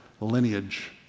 lineage